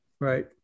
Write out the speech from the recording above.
right